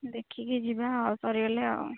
ଦେଖିକି ଯିବା ଆଉ ସରିଗଲେ ଆଉ